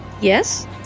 Yes